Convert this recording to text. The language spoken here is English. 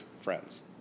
friends